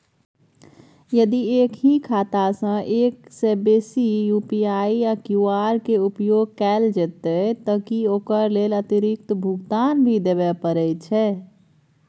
यदि एक ही खाता सं एक से बेसी यु.पी.आई या क्यू.आर के उपयोग कैल जेतै त की ओकर लेल अतिरिक्त भुगतान भी देबै परै छै?